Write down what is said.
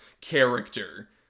character